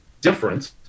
different